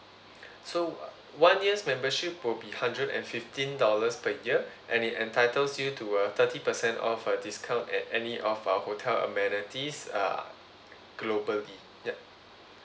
so one year's membership will be hundred and fifteen dollars per year and it entitles you to uh thirty percent off uh discount at any of our hotel amenities uh globally ya